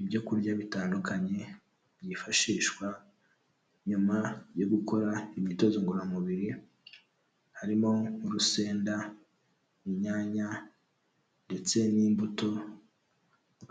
Ibyo kurya bitandukanye, byifashishwa nyuma yo gukora imyitozo ngororamubiri, harimo urusenda, inyanya ndetse n'imbuto,